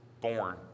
born